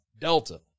Delta